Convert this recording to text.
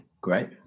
Great